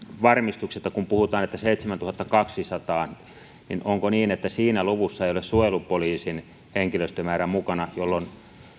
varmistuksen että kun puhutaan että seitsemäntuhattakaksisataa niin onko niin että siinä luvussa ei ole suojelupoliisin henkilöstömäärä mukana jolloin